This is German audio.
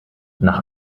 nach